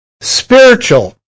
spiritual